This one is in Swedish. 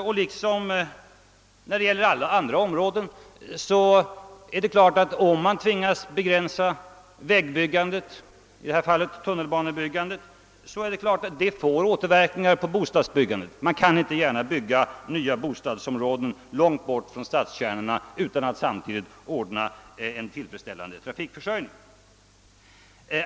Och om man tvingas begränsa vägbyggandet — i detta fall tunnelbanebyggandet — så är det klart att detta får återverkningar på bostadsbyggandet; man kan inte gärna bygga nya bostadsområden långt bort från stadskärnorna utan att samtidigt ordna en tillfredsställande trafikförsörjning.